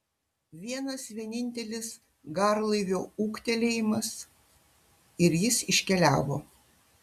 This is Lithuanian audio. vienas vienintelis garlaivio ūktelėjimas ir jis iškeliavo